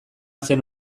zen